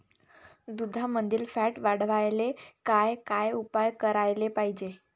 दुधामंदील फॅट वाढवायले काय काय उपाय करायले पाहिजे?